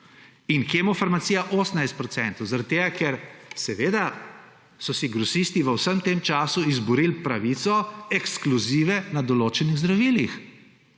in Kemofarmacija 18 %. Zaradi tega, ker so si seveda grosisti v vsem tem času izborili pravico ekskluzive na določenih zdravilih,